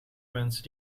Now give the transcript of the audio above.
mensen